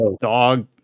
dog